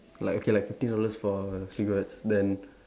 like okay like fifteen dollars for cigarettes then